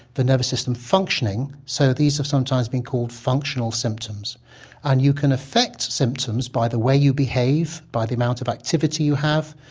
the nervous system functioning, so these have sometimes been called functional symptoms and you can effect symptoms by the way you behave, by the amount of activity you have,